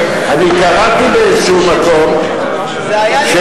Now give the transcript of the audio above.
קראתי באיזשהו מקום, זה היה לפני המהפכה, אדוני.